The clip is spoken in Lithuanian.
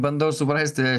bandau suprasti